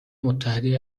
متحده